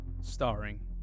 Starring